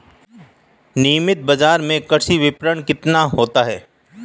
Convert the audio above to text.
नियमित बाज़ार में कृषि विपणन कितना होता है?